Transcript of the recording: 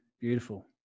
beautiful